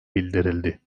bildirildi